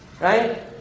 right